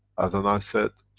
as then i said,